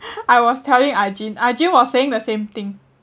I was telling ah jin ah jin was saying the same thing